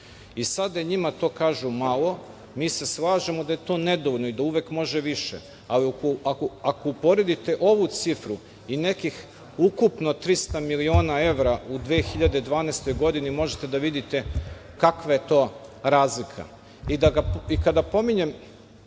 Sada je njima, to kažu, malo. Mi se slažemo da je to nedovoljno i da uvek može više, ali ako uporedite ovu cifru i nekih ukupno 300 miliona evra u 2012. godini možete da vidite kakva je to razlika. Kada pominjem